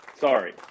sorry